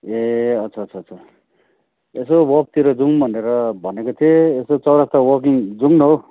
ए अच्छा अच्छा अच्छा यसो वकतिर जाउँ भनेर भनेको थिएँ यसो चौरस्ता वकिङ जाउँ न हौ